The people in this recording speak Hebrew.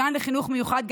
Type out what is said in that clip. לגן לחינוך מיוחד,